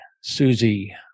Susie